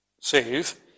save